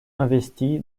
investi